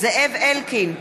זאב אלקין,